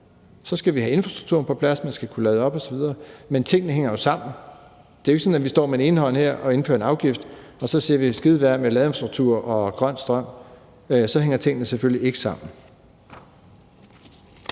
Så skal vi have infrastrukturen på plads, man skal kunne lade op osv., men tingene hænger jo sammen. Det er jo ikke sådan, at vi på den ene side indfører en afgift og på den anden side siger skide være med ladeinfrastruktur og grøn strøm, for så hænger tingene selvfølgelig ikke sammen.